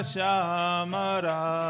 Shama